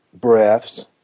breaths